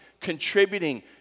contributing